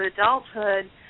adulthood